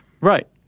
Right